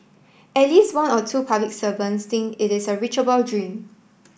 at least one or two public servant think it is a reachable dream